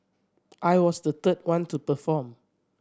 I was the third one to perform